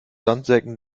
sandsäcken